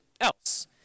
else